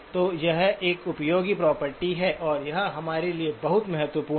तो यह एक उपयोगी प्रॉपर्टी है और यह हमारे लिए बहुत महत्वपूर्ण है